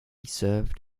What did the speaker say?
served